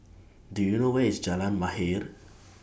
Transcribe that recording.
Do YOU know Where IS Jalan Mahir